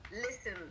listen